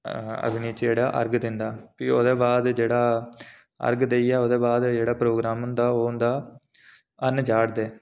ओह् अर्घ दिंदा फ्ही ओह्दे बाद जेह्ड़् अर्घ देइयै प्रोग्राम हेंदा ओह् होंदा हर्ण चाढ़दे